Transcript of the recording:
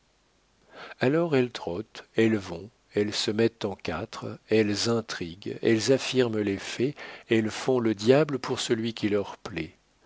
alors elles trottent elles vont elles se mettent en quatre elles intriguent elles affirment les faits elles font le diable pour celui qui leur plaît